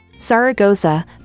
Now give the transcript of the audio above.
Zaragoza